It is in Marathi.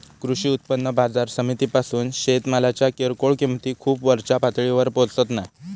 कृषी उत्पन्न बाजार समितीपासून शेतमालाच्या किरकोळ किंमती खूप वरच्या पातळीवर पोचत नाय